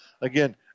again